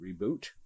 reboot